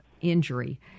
injury